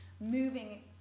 moving